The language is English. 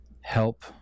help